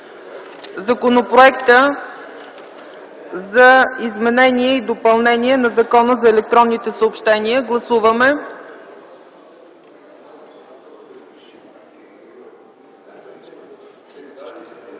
Законопроект за изменение и допълнение на Закона за електронните съобщения. Гласували